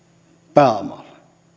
pääomalle